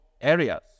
areas